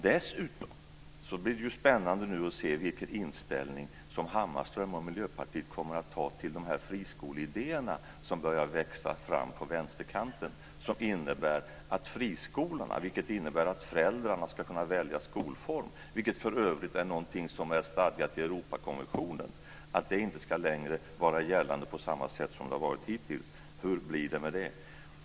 Dessutom blir det nu spännande att se vilken inställning Hammarström och Miljöpartiet kommer att ha till de friskoleidéer som nu börjar växa fram på vänsterkanten och som innebär att detta med att föräldrarna ska kunna välja skolform, vilket för övrigt är stadgat i Europakonventionen, inte längre ska vara gällande på samma sätt som hittills. Hur blir det med det?